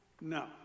no